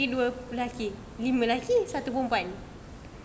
lagi dua lelaki lima lelaki satu perempuan